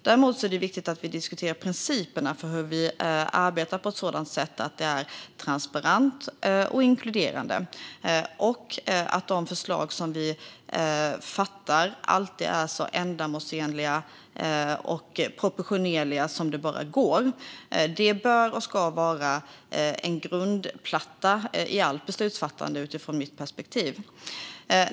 Däremot är det viktigt att vi diskuterar principerna för hur vi arbetar på ett sätt som är transparent och inkluderande och som gör att de beslut vi fattar alltid är så ändamålsenliga och proportionerliga som det bara går. Det bör och ska vara en grundplatta i allt beslutsfattande, utifrån mitt perspektiv.